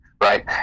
Right